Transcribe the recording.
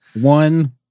One